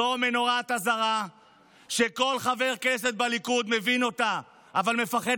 זו נורת אזהרה שכל חבר כנסת בליכוד מבין אותה אבל מפחד